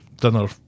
dinner